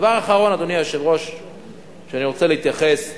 דבר אחרון שאני רוצה להתייחס אליו,